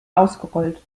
ausgerollt